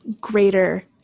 greater